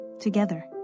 together